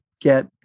get